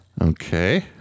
Okay